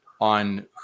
on